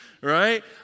right